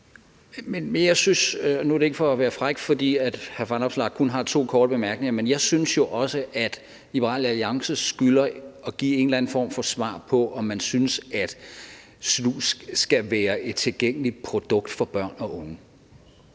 om man synes, at snus skal være et tilgængeligt produkt for børn og unge.